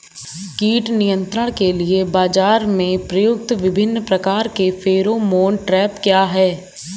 कीट नियंत्रण के लिए बाजरा में प्रयुक्त विभिन्न प्रकार के फेरोमोन ट्रैप क्या है?